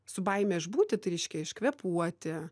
su baime išbūti tai reiškia iškvėpuoti